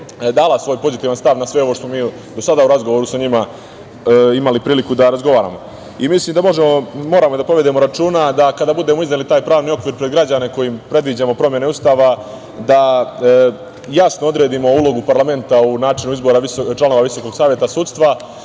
dala svoj pozitivan stav na sve ovo što smo mi u razgovoru sa njima imali priliku da razgovaramo. Mislim da moramo da povedemo računa da kada budemo izneli taj pravni okvir pred građane kojim predviđamo promene Ustava da jasno odredimo ulogu parlamenta u načinu izbora članova Visokog saveta sudstva. Siguran